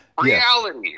reality